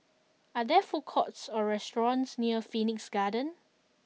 are there food courts or restaurants near Phoenix Garden